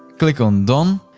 click on done.